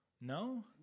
No